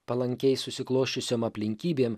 palankiai susiklosčiusiom aplinkybėm